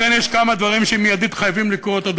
לכן יש כמה דברים שחייבים לקרות מייד,